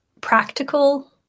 practical